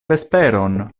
vesperon